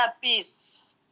peace